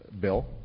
bill